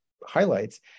highlights